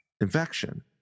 infection